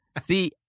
See